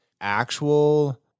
actual